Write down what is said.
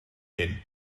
hyn